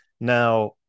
Now